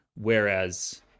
Whereas